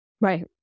Right